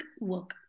work